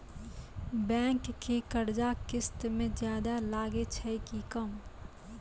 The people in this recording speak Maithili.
बैंक के कर्जा किस्त मे ज्यादा लागै छै कि कम?